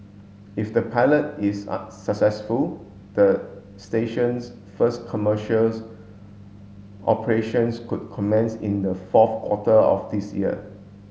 if the pilot is a successful the station's first commercials operations could commence in the fourth quarter of this year